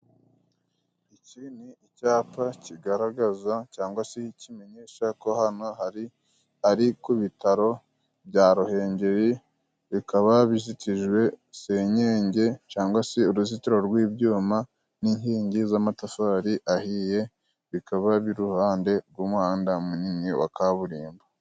Iki ni icyapa kigaragaza cyangwa se kimenyesha ko hano hari ari ku bitaro bya Ruhengeri, bikaba bizitijwe senyenge cangwa se uruzitiro rw'ibyuma n'inkingi z'amatafari ahiye, bikaba bri iruhande rw'umuhanda munini wa kaburimbo.